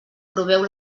proveu